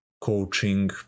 coaching